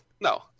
No